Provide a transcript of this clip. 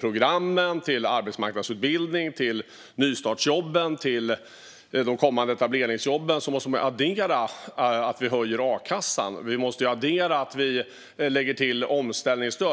programmen till arbetsmarknadsutbildningen, nystartsjobben och de kommande etableringsjobben, måste man också addera att vi höjer a-kassan och att vi lägger till omställningsstöd.